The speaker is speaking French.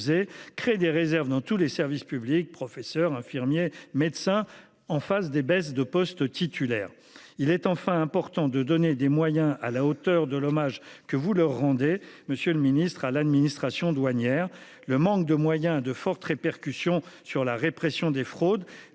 créer des réserves dans tous les services publics, professeurs, infirmiers, médecins, en face des baisses de poste titulaire. Il est enfin important de donner des moyens à la hauteur de l'hommage que vous leur rendez. Monsieur le ministre à l'administration douanière. Le manque de moyens de fortes répercussions sur la répression des fraudes